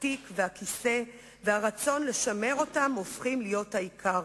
התיק והכיסא והרצון לשמר אותם הופכים להיות העיקר.